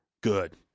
Good